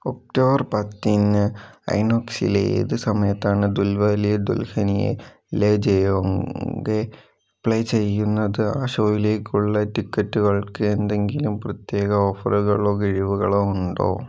October പത്തിന് ഐനോക്സിൽ ഏത് സമയത്താണ് ദുൽവാലിയെ ദുൽഹനിയേ ലേ ജായേംഗെ പ്ലേ ചെയ്യുന്നത് ആ ഷോയിലേക്കുള്ള ടിക്കറ്റുകൾക്ക് എന്തെങ്കിലും പ്രത്യേക ഓഫറുകളോ കിഴിവുകളോ ഉണ്ടോ